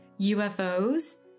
UFOs